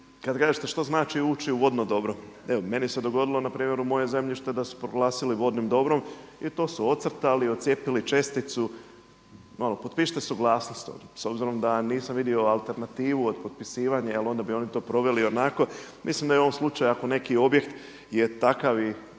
kad kažete što znači ući u vodno dobro, evo meni se dogodilo na primjer u mojoj zemlji da su proglasili vodnim dobrom i to su ocrtali, otcijepili česticu, malo potpišite suglasnost ovdje s obzirom da nisam vidio alternativnu od potpisivanja jer onda bi oni to proveli ionako. Mislim da je u ovom slučaju ako je neki objekt je takav i